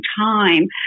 time